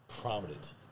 prominent